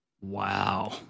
Wow